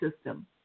system